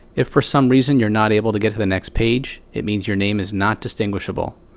if for some reason you're not able to get to the next page, it means your name is not distinguishable.